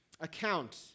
account